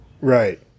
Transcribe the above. right